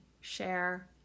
share